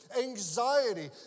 Anxiety